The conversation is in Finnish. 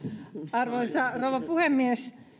arvoisa rouva puhemies